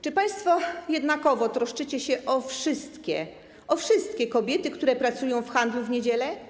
Czy państwo jednakowo troszczycie się o wszystkie kobiety, które pracują w handlu w niedzielę?